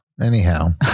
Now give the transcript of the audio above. Anyhow